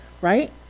right